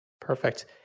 Perfect